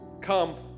Come